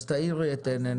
אז תאירי את עינינו.